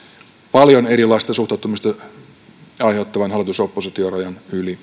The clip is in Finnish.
paljon erilaista suhtautumista aiheuttavan hallitus oppositio rajan